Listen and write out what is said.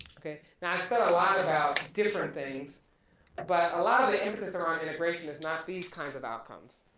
okay. now i've said a lot about different things and but a lot of the impetus around integration is not these kind of outcomes,